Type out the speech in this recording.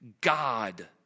God